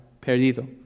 perdido